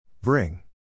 Bring